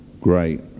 Great